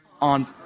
on